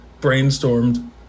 brainstormed